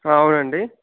అవునండి